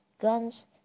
guns